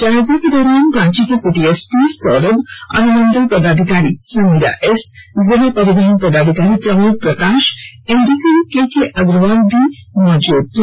जायजा के दौरान रांची के सिटी एसपी सौरभ अनुमंडल पदाधिकारी समीरा एस जिला परिवहन पदाधिकारी प्रवीण प्रकाश एनडीसी केके अग्रवाल भी मौजूद रहे